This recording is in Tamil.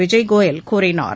விஜய்கோயல் கூறினார்